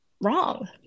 wrong